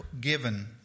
given